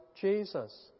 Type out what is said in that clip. Jesus